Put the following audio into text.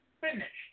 finished